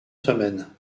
semaine